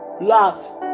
Love